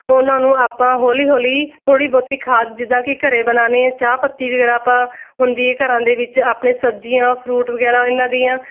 ਉਹਨਾਂ ਨੂੰ ਆਪਾਂ ਹੌਲੀ ਹੌਲੀ ਥੋੜ੍ਹੀ ਬਹੁਤੀ ਖਾਦ ਜਿੱਦਾਂ ਕਿ ਘਰੇ ਬਣਾਉਣੀ ਹੈ ਚਾਹ ਪੱਤੀ ਵਗੈਰਾ ਆਪਾਂ ਹੁੰਦੀ ਹੈ ਘਰਾਂ ਦੇ ਵਿੱਚ ਆਪਣੇ ਸਬਜ਼ੀਆਂ ਫਰੂਟ ਵਗੈਰਾ ਇਹਨਾਂ ਦੀਆਂ